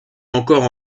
encore